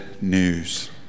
news